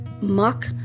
Muck